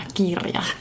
kirja